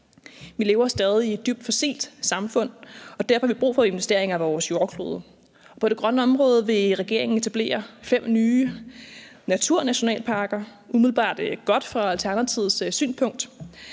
Vi lever stadig i et dybt fossilt samfund, og derfor har vi brug for investeringer i vores jordklode. På det grønne område vil regeringen etablere fem nye naturnationalparker. Det lyder umiddelbart godt set fra Alternativets synspunkt.